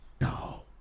No